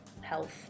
health